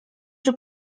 czy